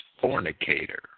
fornicator